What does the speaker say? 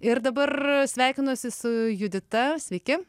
ir dabar sveikinuosi su judita sveiki